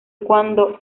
cuando